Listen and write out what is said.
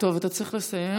טוב, אתה צריך לסיים.